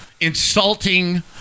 insulting